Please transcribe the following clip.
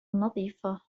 نظيفة